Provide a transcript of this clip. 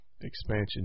expansion